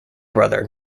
brother